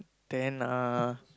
then uh